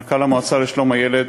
מנכ"ל המועצה לשלום הילד,